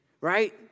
right